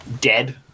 dead